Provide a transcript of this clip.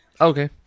okay